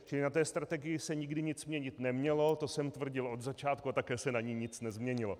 Čili na té strategii se nikdy nic měnit nemělo, to jsem tvrdil od začátku, a také se na ní nic nezměnilo.